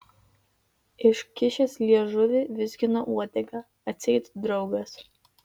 iškišęs liežuvį vizgino uodegą atseit draugas